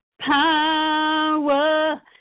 power